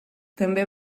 també